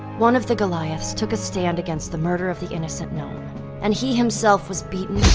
one of the goliaths took a stand against the murder of the innocent gnome and he himself was beaten,